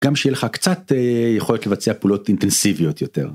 גם שיהיה לך קצת יכולת לבצע פעולות אינטנסיביות יותר.